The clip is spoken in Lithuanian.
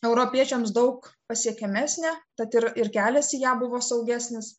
europiečiams daug pasiekiamesnė tad ir ir kelias į ją buvo saugesnis